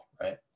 right